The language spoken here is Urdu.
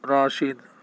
راشد